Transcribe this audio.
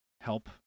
help